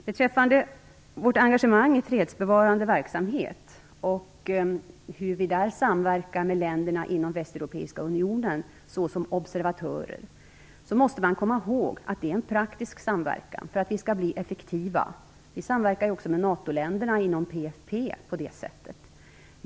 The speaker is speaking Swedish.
Beträffande Sveriges engagemang i fredsbevarande verksamhet och hur vi där samverkar med länderna inom den västeuropeiska unionen såsom observatörer, måste man komma ihåg att detta är en praktisk samverkan för att vi skall bli effektiva. Vi samverkar ju också med NATO-länderna inom PFP på det sättet.